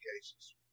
cases